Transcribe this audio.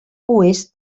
oest